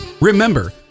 Remember